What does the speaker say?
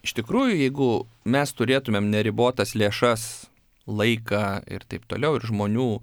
iš tikrųjų jeigu mes turėtumėm neribotas lėšas laiką ir ir taip toliau ir žmonių